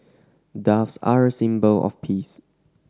doves are a symbol of peace